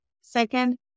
Second